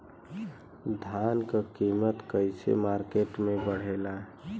धान क कीमत कईसे मार्केट में बड़ेला?